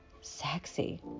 sexy